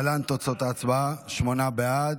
להלן תוצאות ההצבעה: שמונה בעד.